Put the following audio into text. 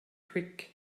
quick